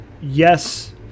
yes